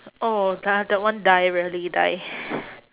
oh that one die really die